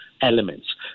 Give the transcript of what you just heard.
elements